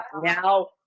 now